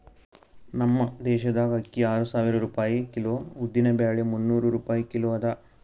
ನಮ್ ದೇಶದಾಗ್ ಅಕ್ಕಿ ಆರು ಸಾವಿರ ರೂಪಾಯಿ ಕಿಲೋ, ಉದ್ದಿನ ಬ್ಯಾಳಿ ಮುನ್ನೂರ್ ರೂಪಾಯಿ ಕಿಲೋ ಅದಾ